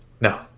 No